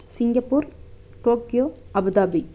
Singapore Tokyo Abu Dhabi